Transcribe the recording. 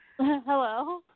Hello